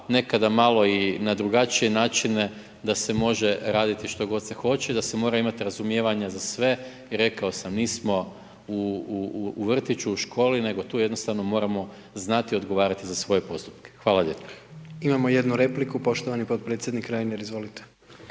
nekada malo i na drugačije načine da se može raditi što god se hoće i da se mora imati razumijevanja za sve. I rekao sam nismo u vrtiću, u školi nego tu jednostavno moramo znati odgovarati za svoje postupke. Hvala lijepa. **Jandroković, Gordan (HDZ)** Imamo jednu repliku, poštovani potpredsjednik Reiner, izvolite.